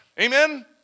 Amen